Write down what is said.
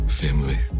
family